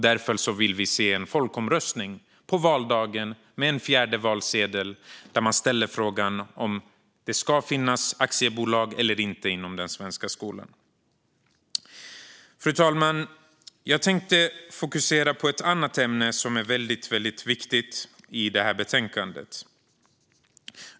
Därför vill vi se en folkomröstning på valdagen med en fjärde valsedel där man ställer frågan om det ska finnas aktiebolag eller inte inom den svenska skolan. Fru talman! Jag tänkte fokusera på ett annat ämne i betänkandet som är väldigt viktigt.